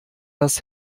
das